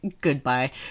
Goodbye